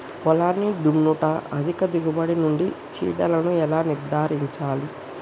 పొలాన్ని దున్నుట అధిక దిగుబడి నుండి చీడలను ఎలా నిర్ధారించాలి?